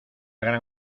gran